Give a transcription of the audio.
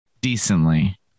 decently